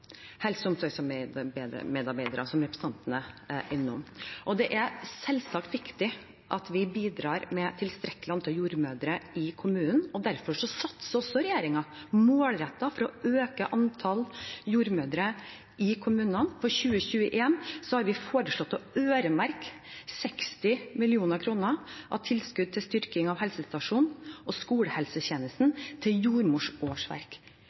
helse- og omsorgsmedarbeidere, som representanten Sandberg er innom. Det er selvsagt viktig at vi bidrar med tilstrekkelig antall jordmødre i kommunene. Derfor satser også regjeringen målrettet for å øke antall jordmødre i kommunene. For 2021 har vi foreslått å øremerke 60 mill. kr til tilskudd til styrking av helsestasjon, skolehelsetjeneste og jordmorsårsverk.